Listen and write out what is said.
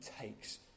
takes